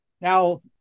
Now